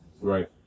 Right